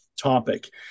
topic